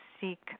seek